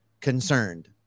concerned